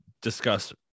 discuss